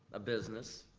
a business,